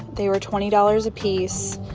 they were twenty dollars apiece,